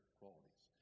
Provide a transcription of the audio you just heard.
qualities